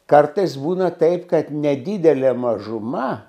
kartais būna taip kad nedidelė mažuma